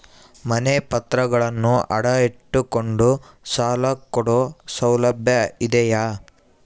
ಮನೆ ಪತ್ರಗಳನ್ನು ಅಡ ಇಟ್ಟು ಕೊಂಡು ಸಾಲ ಕೊಡೋ ಸೌಲಭ್ಯ ಇದಿಯಾ?